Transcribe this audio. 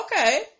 Okay